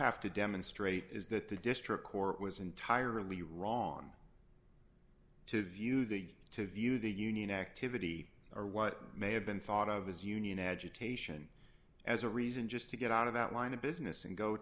have to demonstrate is that the district court was entirely wrong to view the to view the union activity or what may have been thought of as union agitation as a reason just to get out of that line of business and go